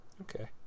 Okay